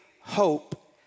hope